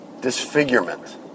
disfigurement